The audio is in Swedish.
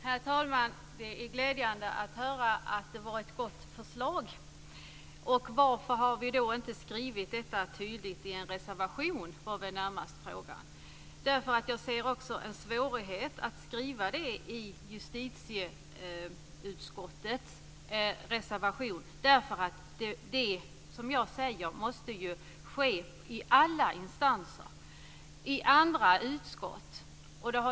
Herr talman! Det är glädjande att höra att det är ett gott förslag. Varför har vi då inte skrivit detta tydligt i en reservation? Det beror på att jag ser en svårighet att skriva det i en reservation i justitieutskottet, därför att det här måste ju ske i alla instanser och i andra utskott.